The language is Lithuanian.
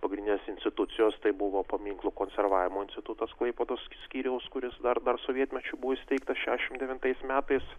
pagrindinės institucijos tai buvo paminklų konservavimo institutas klaipėdos skyriaus kuris dar dar sovietmečiu buvo įsteigtas šešiasdešimt devintais metais